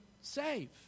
save